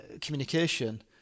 communication